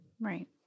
right